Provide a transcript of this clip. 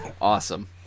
Awesome